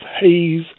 haze